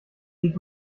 sieht